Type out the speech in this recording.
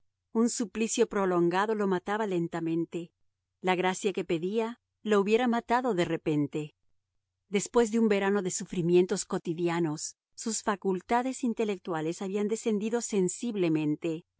un suplicio prolongado lo mataba lentamente la gracia que pedía lo hubiera matado de repente después de un verano de sufrimientos cotidianos sus facultades intelectuales habían descendido sensiblemente